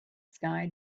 sky